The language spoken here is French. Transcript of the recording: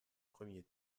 premier